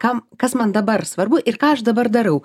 kam kas man dabar svarbu ir ką aš dabar darau